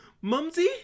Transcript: Mumsy